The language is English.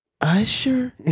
Usher